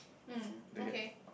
mm okay